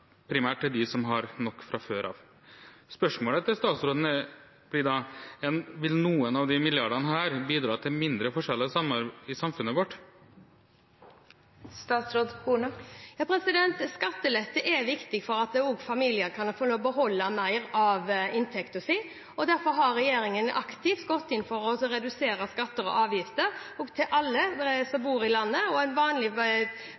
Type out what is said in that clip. har nok fra før av. Spørsmålet til statsråden blir da: Vil noen av disse milliardene bidra til mindre forskjeller i samfunnet vårt? Skattelette er viktig for at familier skal få lov til å beholde mer av inntekten sin. Derfor har regjeringen aktivt gått inn for å redusere skatter og avgifter for alle som